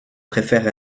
préfère